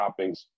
toppings